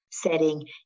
setting